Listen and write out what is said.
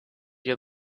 your